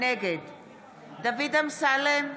נגד דוד אמסלם,